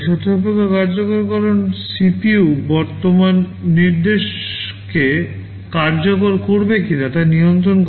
শর্তসাপেক্ষ কার্যকরকরণ সিপিইউ বর্তমান নির্দেশকে কার্যকর করবে কিনা তা নিয়ন্ত্রণ করে